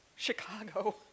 Chicago